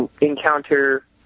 encounter